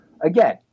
again